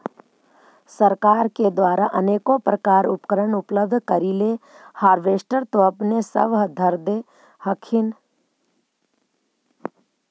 सरकार के द्वारा अनेको प्रकार उपकरण उपलब्ध करिले हारबेसटर तो अपने सब धरदे हखिन?